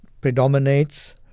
predominates